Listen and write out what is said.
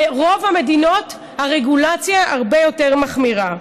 ברוב המדינות הרגולציה הרבה יותר מחמירה.